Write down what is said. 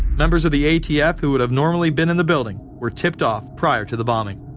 members of the atf who would have normally been in the building. were tipped off prior to the bombing.